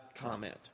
comment